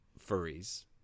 furries